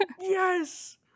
yes